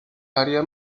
área